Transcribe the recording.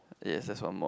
yes that's one more